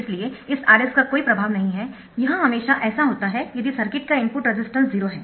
इसलिए इस Rs का कोई प्रभाव नहीं है यह हमेशा ऐसा होता है यदि सर्किट का इनपुट रेजिस्टेंस 0 है